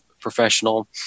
professional